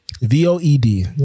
v-o-e-d